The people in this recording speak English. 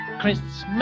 Christmas